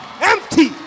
Empty